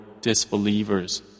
disbelievers